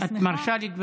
את מרשה לי,